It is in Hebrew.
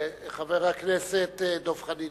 חבר הכנסת דב חנין,